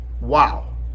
Wow